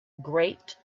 great